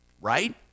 right